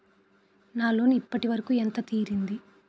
నా లోన్ ఇప్పటి వరకూ ఎంత తీరింది?